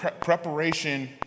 preparation